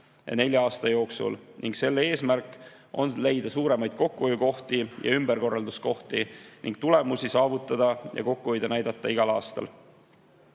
nelja aasta jooksul. Selle eesmärk ongi leida suuremaid kokkuhoiukohti ja ümberkorralduskohti ning tulemusi saavutada ja kokkuhoidu näidata igal aastal.